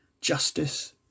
justice